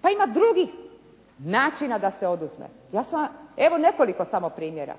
pa ima drugih načina da se oduzme. Evo nekoliko samo primjera,